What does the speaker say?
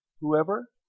whoever